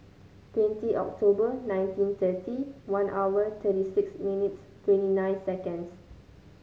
twenty October nineteen thirty one hour thirty six minutes twenty nine seconds